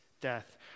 death